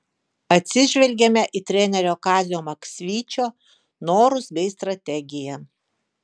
atsižvelgėme į trenerio kazio maksvyčio norus bei strategiją